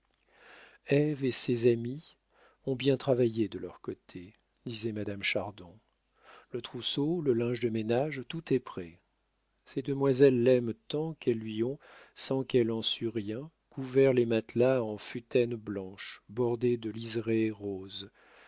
et ses amis ont bien travaillé de leur côté disait madame chardon le trousseau le linge de ménage tout est prêt ces demoiselles l'aiment tant qu'elles lui ont sans qu'elle en sût rien couvert les matelas en futaine blanche bordée de liserés roses